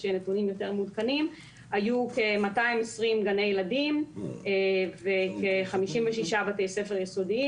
220 גני ילדים וכ-56 בתי ספר יסודיים.